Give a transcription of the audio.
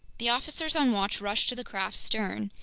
the officers on watch rushed to the craft's stern.